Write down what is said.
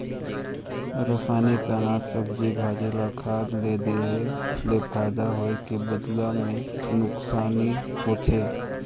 रसइनिक अनाज, सब्जी, भाजी ल खाद ले देहे ले फायदा होए के बदला मे नूकसानी होथे